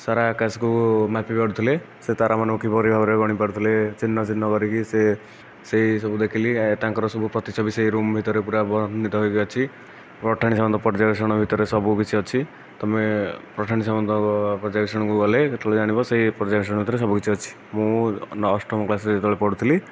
ସାରା ଆକାଶକୁ ମାପି ପାରୁଥିଲେ ସେ ତାରା ମାନଙ୍କୁ କିପରି ଭାବରେ ଗଣିପାରୁଥିଲେ ଛିନ୍ନଛିନ୍ନ କରିକି ସେ ସେହିସବୁ ଦେଖିଲି ତାଙ୍କର ସବୁ ପ୍ରତିଛବି ସେ ରୁମ୍ ଭିତରେ ପୁରା ବର୍ଣ୍ଣିତ ହୋଇଅଛି ପାଠାଣି ସାମନ୍ତ ପର୍ଯ୍ୟାବେଶନ ଭିତରେ ସବୁକିଛି ଅଛି ତୁମେ ପଠାଣି ସାମନ୍ତ ପର୍ଯ୍ୟାବେଶନକୁ ଗଲେ ସେଥିରୁ ଜାଣିବ ସେ ପର୍ଯ୍ୟାବେଶନ ଭିତରେ ସବୁକିଛି ଅଛି ମୁଁ ଅଷ୍ଟମ କ୍ଲାସରେ ଯେତେବେଳେ ପଢ଼ୁଥିଲି